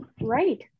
Right